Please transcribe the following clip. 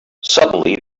suddenly